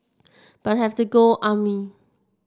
but have to go army